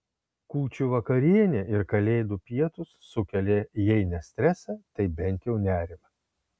kūčių vakarienė ir kalėdų pietūs sukelia jei ne stresą tai bent jau nerimą